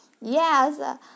Yes